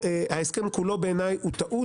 לכן ההסכם כולו בעיניי הוא טעות.